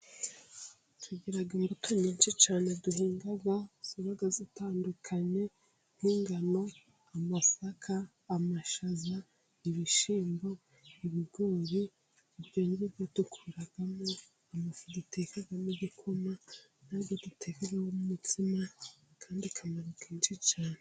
Tugira imbuto nyinshi cyane duhinga ziba zitandukanye, nk'ingano, amasaka, amashaza, ibishyimbo, ibigori, ibyo ngibyo dukuramo amafu duteka mo igikoma, na yo dutekamo umutsima, kandi ifite akamaro kenshi cyane.